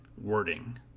wording